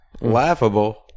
laughable